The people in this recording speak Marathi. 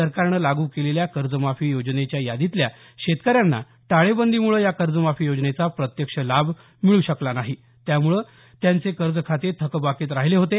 सरकारनं लागू केलेल्या कर्ज माफी योजनेच्या यादीतल्या शेतकऱ्यांना टाळेबंदीमुळे या कर्जमाफी योजनेचा प्रत्यक्ष लाभ मिळू शकला नाही त्यामुळे त्यांचे कर्ज खाते थकबाकीत राहीले होते